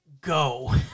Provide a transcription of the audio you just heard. go